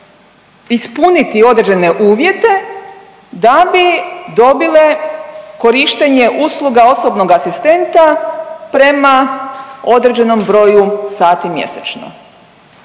ispuniti određene uvjete da bi dobile korištenje usluga osobnog asistenta prema određenom broju sati mjesečno.